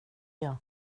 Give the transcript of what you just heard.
jag